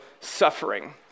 suffering